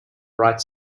bright